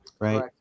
Right